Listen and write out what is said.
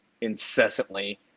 incessantly